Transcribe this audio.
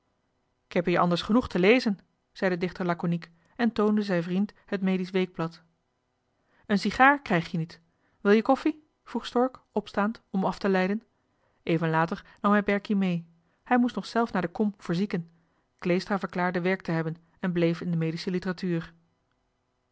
k heb hier anders genoeg te lezen zei de dichter lakoniek en toonde zijn vriend het medisch weekblad een sigaar krijg je niet wil je koffie vroeg stork opstaand om af te leiden even later nam hij berkie mee hij moest nog zelf naar de kom voor zieken kleestra verklaarde werk te hebben en bleef in de medische literatuur